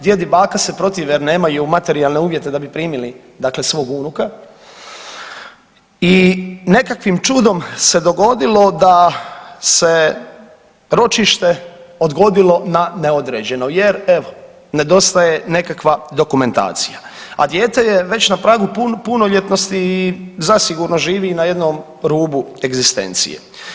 Djed i baka se protive jer nemaju materijalne uvjete da bi primili dakle svog unuka i nekakvim čudom se dogodilo da se ročište odgodilo na neodređeno jer evo nedostaje nekakva dokumentacija, a dijete je već na pragu punoljetnosti i zasigurno živi i na jednom rubu egzistencije.